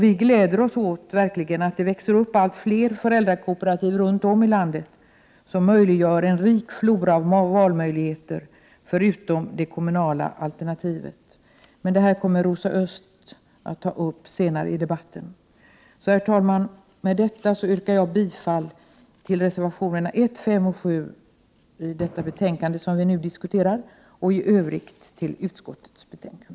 Vi gläder oss verkligen åt att det växer upp allt fler föräldrakooperativ runt om i landet som möjliggör en rik flora av valmöjligheter, förutom det kommunala alternativet. Men det här kommer Rosa Östh att ta upp senare i debatten. Herr talman! Med detta yrkar jag bifall till reservationerna 1, 5 och 7 vid det betänkande som vi nu diskuterar och i övrigt till utskottets hemställan.